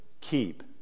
keep